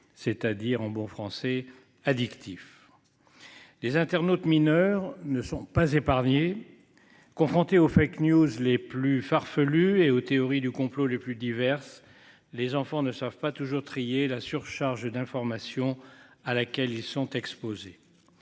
c'est-à-dire en bon français addictif. Les internautes mineurs ne sont pas épargnés. Confrontés au fait News les plus farfelus et aux théories du complot les plus diverses. Les enfants ne savent pas toujours trier la surcharge d'information à laquelle ils sont exposés.